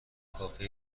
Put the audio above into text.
کافه